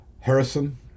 Harrison